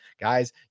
Guys